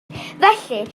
felly